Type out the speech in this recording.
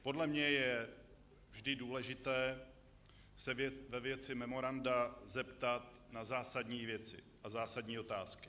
Podle mne je vždy důležité se ve věci memoranda zeptat na zásadní věci, na zásadní otázky.